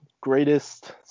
greatest